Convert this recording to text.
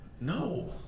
No